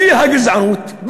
בשיא הגזענות,